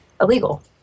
illegal